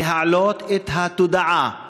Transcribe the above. להעלות את התודעה,